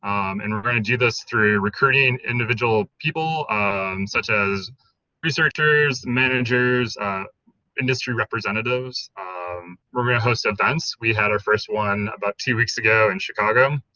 um and we're going to do this through recruiting individual people such as researchers managers industry representatives um were most events we had our first one about two weeks ago in chicago